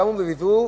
קמו ודיברו,